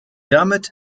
damit